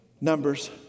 Numbers